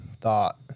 thought